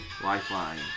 Lifeline